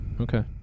Okay